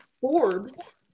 Forbes